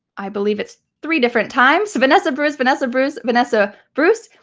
i believe it's three different times. vanessa, bruce, vanessa, bruce, vanessa, bruce.